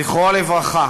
זכרו לברכה,